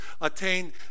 attain